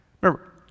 Remember